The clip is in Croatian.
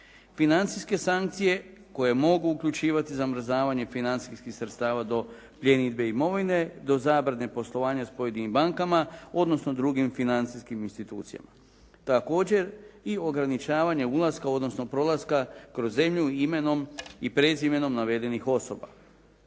financijske sankcije koje mogu uključivati zamrzavanje financijskih sredstava do pljenidbe imovine do zabrane poslovanja s pojedinim bankama odnosno drugim financijskim institucijama. Također i ograničenje ulaska odnosno prolaska kroz zemlju imenom i prezimenom navedenih osoba.